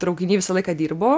traukiny visą laiką dirbu